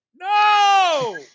No